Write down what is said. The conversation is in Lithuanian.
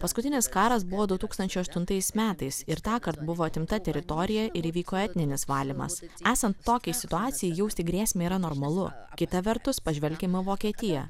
paskutinis karas buvodu tūkstančiai aštuntais metais ir tąkart buvo atimta teritorija ir įvyko etninis valymas esant tokiai situacijai jausti grėsmę yra normalu kita vertus pažvelkime į vokietiją